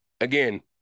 again